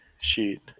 sheet